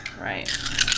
Right